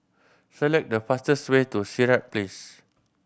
select the fastest way to Sirat Place